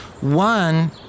One